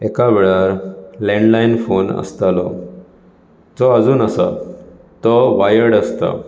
एका वेळार landline phone आसतालो जो आजून आसा तो वाइयर्ड आसता